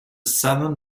southern